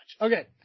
Okay